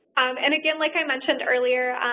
and again, like i mentioned earlier,